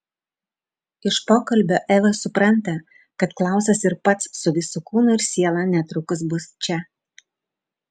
iš pokalbio eva supranta kad klausas ir pats su visu kūnu ir siela netrukus bus čia